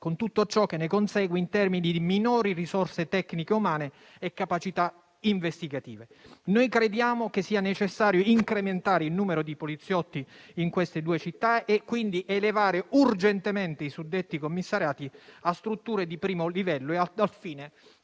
con tutto ciò che ne consegue in termini di minori risorse tecniche e umane e capacità investigative. Crediamo sia necessario incrementare il numero di poliziotti in queste due città, quindi elevare urgentemente i suddetti commissariati a strutture di primo livello, e a tal fine